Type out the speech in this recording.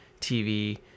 tv